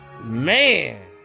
Man